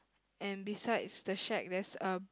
and besides the shack there's a